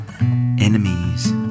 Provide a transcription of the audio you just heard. enemies